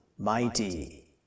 mighty